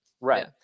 Right